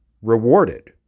Rewarded